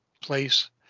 place